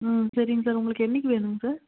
ம் சரிங்க சார் உங்களுக்கு என்னிக்கு வேணுங்க சார்